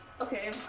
Okay